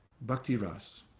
bhakti-ras